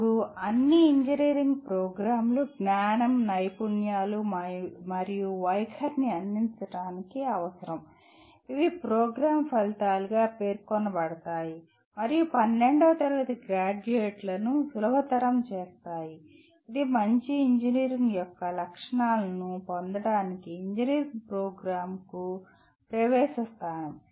ఇప్పుడు అన్ని ఇంజనీరింగ్ ప్రోగ్రామ్లు జ్ఞానం నైపుణ్యాలు మరియు వైఖరిని అందించడానికి అవసరం ఇవి ప్రోగ్రామ్ ఫలితాలుగా పేర్కొనబడతాయి మరియు 12 వ తరగతి గ్రాడ్యుయేట్లను సులభతరం చేస్తాయి ఇది మంచి ఇంజనీర్ యొక్క లక్షణాలను పొందటానికి ఇంజనీరింగ్ ప్రోగ్రామ్కు ప్రవేశ స్థానం